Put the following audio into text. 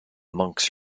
monks